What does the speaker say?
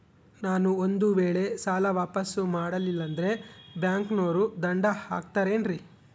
ನಾನು ಒಂದು ವೇಳೆ ಸಾಲ ವಾಪಾಸ್ಸು ಮಾಡಲಿಲ್ಲಂದ್ರೆ ಬ್ಯಾಂಕನೋರು ದಂಡ ಹಾಕತ್ತಾರೇನ್ರಿ?